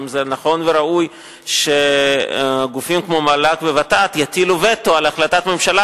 אם נכון וראוי שגופים כמו מל"ג וות"ת יטילו וטו על החלטת הממשלה,